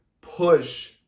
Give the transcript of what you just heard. push